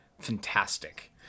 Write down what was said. fantastic